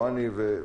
וגם